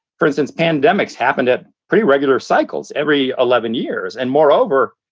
for instance, pandemics happened at pretty regular cycles every eleven years, and moreover,